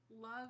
Love